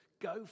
go